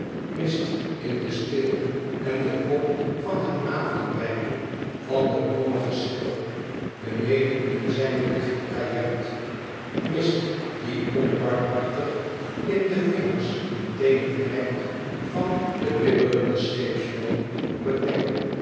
mist in den steel en den kop van het avondpijpje van den brommigen schipper beneden in zijne dichte kajuit mist die onbarmhartig in de vingers en teenen knijpt van denbibberenden scheepsjongen op het dek